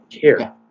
care